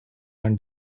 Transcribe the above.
and